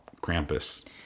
Krampus